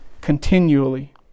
continually